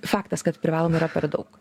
faktas kad privalomų yra per daug